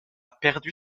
perdu